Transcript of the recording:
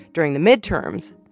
during the midterms,